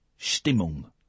Stimmung